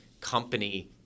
company